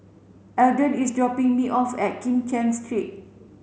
Eldon is dropping me off at Kim Cheng Street